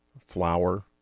flour